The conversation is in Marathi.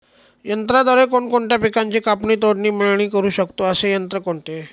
यंत्राद्वारे कोणकोणत्या पिकांची कापणी, तोडणी, मळणी करु शकतो, असे यंत्र कोणते?